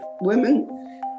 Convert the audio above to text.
women